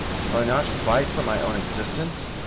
shall i not fight for my own existence?